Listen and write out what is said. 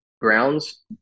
grounds